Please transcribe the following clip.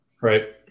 Right